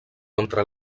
contra